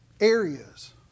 areas